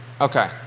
okay